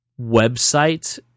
website